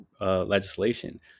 legislation